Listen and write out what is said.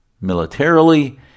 Militarily